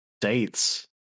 dates